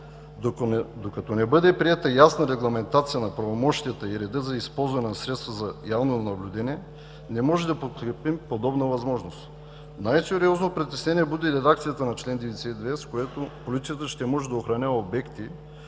Докато не бъде приета ясна регламентация на правомощията и реда за използване на средства за явно наблюдение, не можем да подкрепим подобна възможност. Най-сериозно притеснение буди редакцията на чл. 92, с която полицията ще може да охранява обекти